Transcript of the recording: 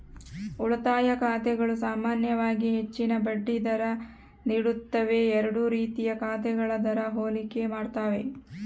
ಉಳಿತಾಯ ಖಾತೆಗಳು ಸಾಮಾನ್ಯವಾಗಿ ಹೆಚ್ಚಿನ ಬಡ್ಡಿ ದರ ನೀಡುತ್ತವೆ ಎರಡೂ ರೀತಿಯ ಖಾತೆಗಳ ದರ ಹೋಲಿಕೆ ಮಾಡ್ತವೆ